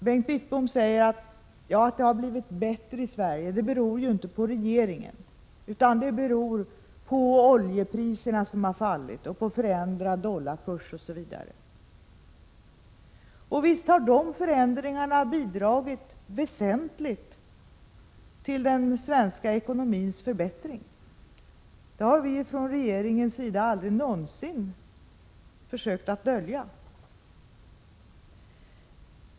Bengt Wittbom säger att det inte beror på regeringen att det har blivit bättre i Sverige, utan att det beror på att oljepriserna har fallit, att dollarkursen har förändrats osv. Och visst har de förändringarna bidragit väsentligt till den svenska ekonomins förbättring — det har vi från regeringens sida aldrig någonsin försökt dölja.